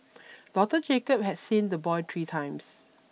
Doctor Jacob had seen the boy three times